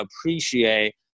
appreciate